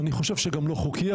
אני חושב שגם לא חוקי,